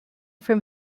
from